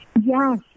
Yes